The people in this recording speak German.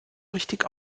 richtig